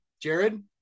Jared